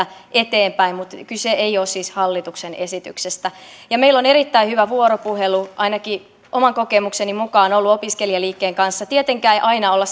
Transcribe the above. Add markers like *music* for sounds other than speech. ja toimittanut niitä eteenpäin mutta kyse ei ole siis hallituksen esityksestä meillä on erittäin hyvä vuoropuhelu ainakin oman kokemukseni mukaan ollut opiskelijaliikkeen kanssa tietenkään ei aina olla *unintelligible*